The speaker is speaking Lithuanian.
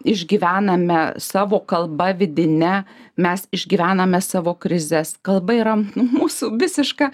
išgyvename savo kalba vidine mes išgyvename savo krizes kalba yra mūsų visiška